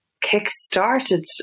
kick-started